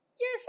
yes